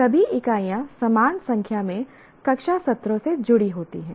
सभी इकाइयाँ समान संख्या में कक्षा सत्रों से जुड़ी होती हैं